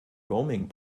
roaming